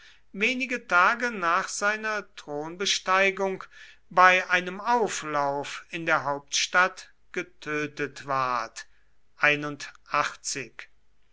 wenige tage nach seiner thronbesteigung bei einem auflauf in der hauptstadt getötet ward